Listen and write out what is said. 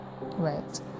right